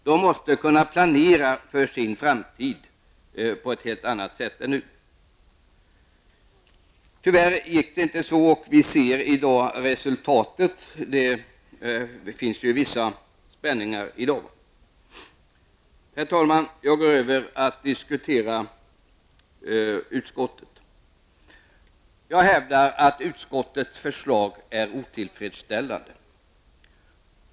De måste kunna planera för sin framtid på ett helt annat sätt än nu. Tyvärr blev det inte så, och vi ser i dag resultatet. Det finns ju vissa spänningar i dag. Herr talman! Jag övergår till att diskutera utskottets ställningstagande. Jag hävdar att utskottets förslag är otillfredsställande.